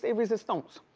ah resistance.